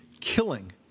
Killing